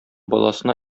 баласына